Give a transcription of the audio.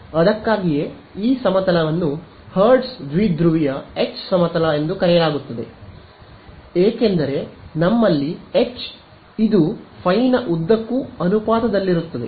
ಅದಕ್ಕಾಗಿಯೇ ಈ ಸಮತಲವನ್ನು ಹರ್ಟ್ಜ್ ದ್ವಿಧ್ರುವಿಯ H ಸಮತಲ ಎಂದು ಕರೆಯಲಾಗುತ್ತದೆ ಏಕೆಂದರೆ ನಮ್ಮಲ್ಲಿ H ಇದು ಫೈ ನ ಉದ್ದಕ್ಕೂ ಅನುಪಾತದಲ್ಲಿರುತ್ತದೆ